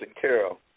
Carol